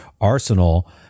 arsenal